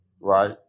right